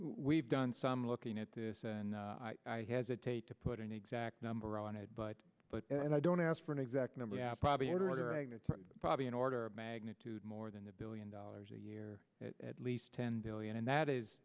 we've done some looking at this and i hesitate to put an exact number on it but but and i don't ask for an exact number probably heard or probably an order of magnitude more than a billion dollars a year at least ten billion and that is